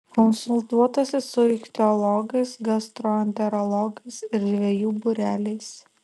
konsultuotasi su ichtiologais gastroenterologais ir žvejų būreliais